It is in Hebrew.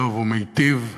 טוב ומיטיב.